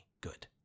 good